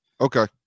Okay